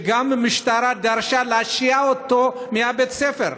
שהמשטרה גם דרשה להשעות אותו מבית הספר.